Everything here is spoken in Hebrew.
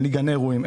אין גני אירועים,